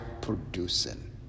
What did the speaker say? producing